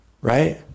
right